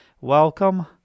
Welcome